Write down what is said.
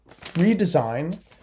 redesign